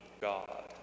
God